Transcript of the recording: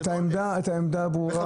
טוב, רבותיי, העמדה ברורה.